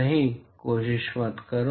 नहीं कोशिश मत करो